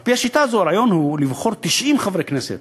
על-פי השיטה הזאת, הרעיון הוא לבחור 90 חברי כנסת